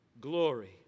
glory